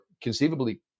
conceivably